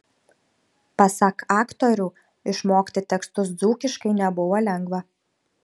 pasak aktorių išmokti tekstus dzūkiškai nebuvo lengva